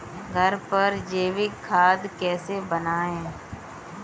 घर पर जैविक खाद कैसे बनाएँ?